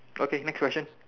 okay next question